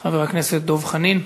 חבר הכנסת דב חנין.